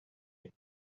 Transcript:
you